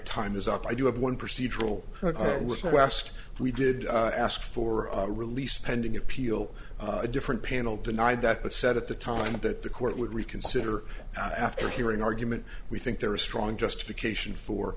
time is up i do have one procedural with the last we did ask for a release pending appeal a different panel denied that but said at the time that the court would reconsider after hearing argument we think there is strong justification